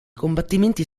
combattimenti